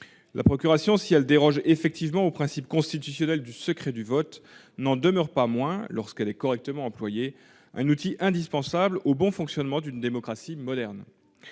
La procuration, si elle déroge effectivement au principe constitutionnel du secret du vote, n'en demeure pas moins, lorsqu'elle est correctement employée, un outil indispensable au bon fonctionnement d'une démocratie moderne.